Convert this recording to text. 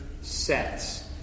sets